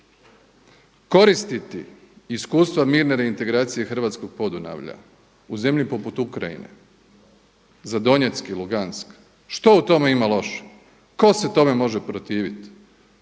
Koristiti iskustva mirne reintegracije Hrvatskog Podunavlja u zemlji poput Ukrajine, za Donjeck i Lugnansk, što u tome ima loše? Ko se tome može protiviti?